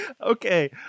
okay